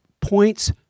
points